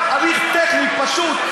גם הליך טכני פשוט,